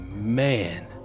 Man